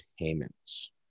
payments